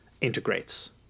integrates